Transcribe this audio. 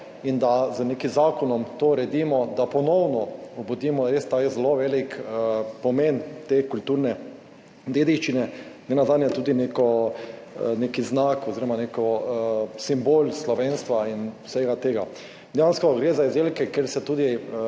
in da z nekim zakonom to uredimo, da ponovno obudimo res ta zelo velik pomen kulturne dediščine, nenazadnje tudi nek znak oziroma nek simbol slovenstva in vsega tega. Dejansko gre za izdelke, kjer se